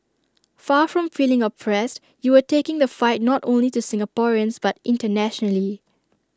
far from feeling oppressed you were taking the fight not only to Singaporeans but internationally